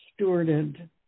stewarded